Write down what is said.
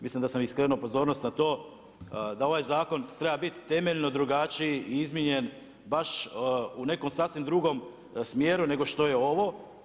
Mislim da sam i skrenuo pozornost na to, da ovaj zakon treba biti temeljno drugačiji i izmijenjen, baš u nekom sasvim drugom smjeru nego što je ovo.